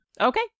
Okay